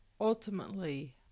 ultimately